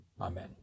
Amen